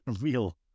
real